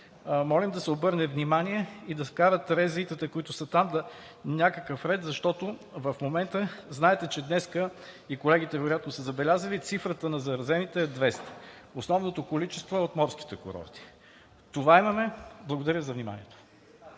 Молим да се обърне внимание и да вкарат РЗИ-тата, които са там, някакъв ред, защото в момента, знаете, че днес – и колегите вероятно са забелязали, цифрата на заразените е 200. Основното количество е от морските курорти. Това имаме. Благодаря за вниманието.